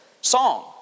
Song